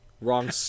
Wrong